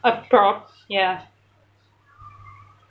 a prop ya